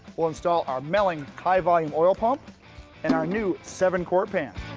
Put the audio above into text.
we'll install our melling high volume oil pump and our new seven quart pan.